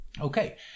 Okay